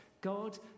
God